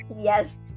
Yes